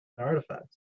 Artifacts